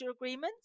agreements